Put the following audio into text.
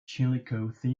chillicothe